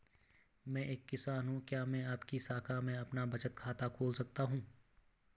मैं एक किसान हूँ क्या मैं आपकी शाखा में अपना बचत खाता खोल सकती हूँ?